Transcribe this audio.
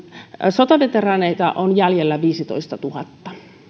sotaveteraaneja on jäljellä viisitoistatuhatta